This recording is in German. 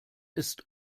ist